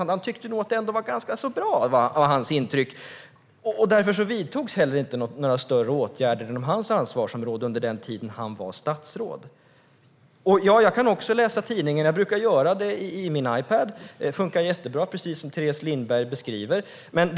Hans intryck var att saker och ting var bra, och därför vidtogs inte några större åtgärder inom hans ansvarsområde under den tid han var statsråd. Jag kan också läsa tidningen. Jag brukar göra det i min Ipad. Det funkar bra, precis som Teres Lindberg beskriver.